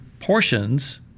portions